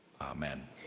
Amen